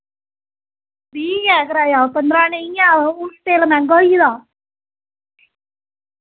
बीह् गै कराया पन्दरां नेईं ऐ हू'न तेल मैहंगा होई गेदा